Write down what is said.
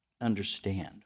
understand